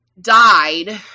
died